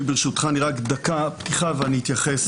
ברשותך, אדוני, רק דקה פתיחה, ואתייחס